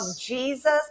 Jesus